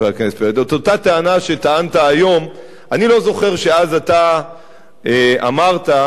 אני לא זוכר שאז אתה אמרת,